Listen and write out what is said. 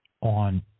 on